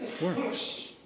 works